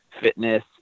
fitness